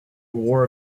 war